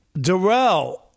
Darrell